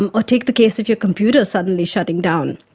and or take the case of your computer suddenly shutting down,